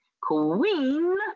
Queen